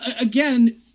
again